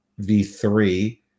V3